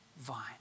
vine